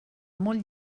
molt